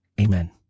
Amen